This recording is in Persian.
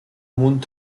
موند